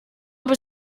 habe